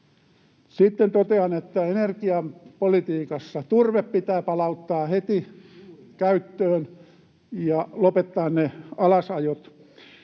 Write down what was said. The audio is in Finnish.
Sitten totean, että energiapolitiikassa turve pitää palauttaa heti käyttöön ja lopettaa ne alasajot.